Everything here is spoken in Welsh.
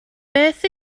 beth